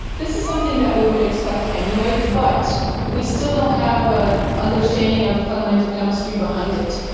this is something that we would expect anyway, but we still don't have an understanding of the fundamental chemistry behind it.